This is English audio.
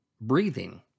breathing